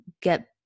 get